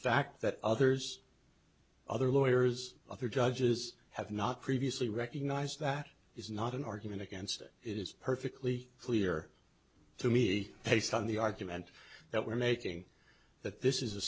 fact that others other lawyers other judges have not previously recognized that is not an argument against it it is perfectly clear to me based on the argument that we're making that this is a